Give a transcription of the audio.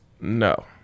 No